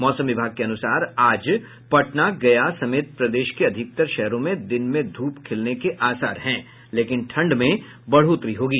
मौसम विभाग के अनुसार आज पटना गया समेत प्रदेश के अधिकतर शहरों में दिन में ध्रप खिलने के आसार हैं लेकिन ठंड में बढ़ोतरी होगी